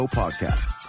podcast